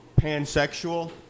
pansexual